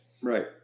right